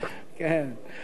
אדוני השר,